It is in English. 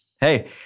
Hey